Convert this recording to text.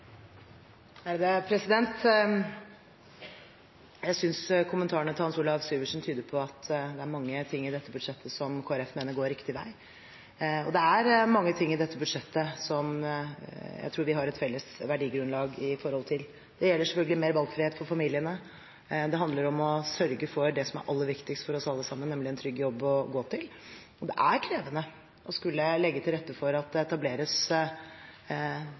Jeg synes kommentarene til Hans Olav Syversen tyder på at det er mange ting i dette budsjettet som Kristelig Folkeparti mener går riktig vei, og det er mange ting i dette budsjettet der jeg tror vi har et felles verdigrunnlag. Det gjelder selvfølgelig mer valgfrihet for familien. Det handler om å sørge for det som er aller viktigst for oss alle, nemlig en trygg jobb å gå til. Det er krevende å skulle legge til rette for at det etableres